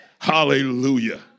Hallelujah